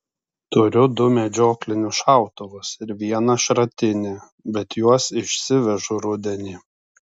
turiu du medžioklinius šautuvus ir vieną šratinį bet juos išsivežu rudenį